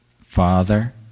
Father